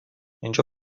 اینجا